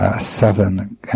southern